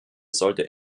sollte